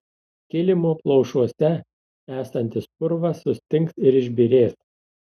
kilimo plaušuose esantis purvas sustings ir išbyrės